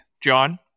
John